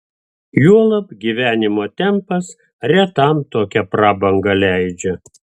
juolab gyvenimo tempas retam tokią prabangą leidžia